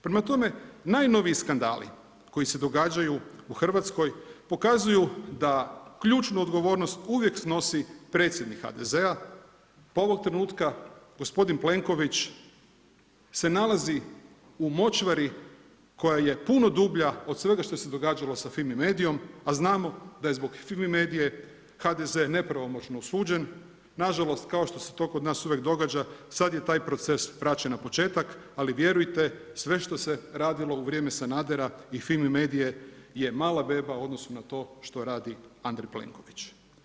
Prema tome, najnoviji skandali koji se događaju u Hrvatskoj, pokazuju da ključnu odgovornost uvijek snosi predsjednik HDZ-a pa ovog trenutka gospodin Plenković se nalazi u močvari koja je puno dublja od svega što se događalo sa Fimi Mediom a znamo da je zbog Fimi Medie HDZ nepravomoćno osuđen, nažalost kao što se to kod nas uvijek događa, sad je taj proces vraćen na početak ali vjerujte, sve što se radilo u vrijeme Sanadera i Fimi Medie je mala beba u odnosu na to što radi Andrej Plenković.